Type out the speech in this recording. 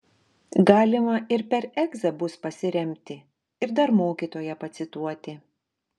galima ir per egzą bus pasiremti ir dar mokytoją pacituoti